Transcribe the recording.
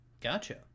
Gotcha